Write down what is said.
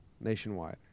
nationwide